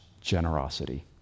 generosity